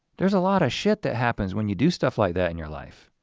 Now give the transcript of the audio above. there's a lot of shit that happens when you do stuff like that in your life.